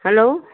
hello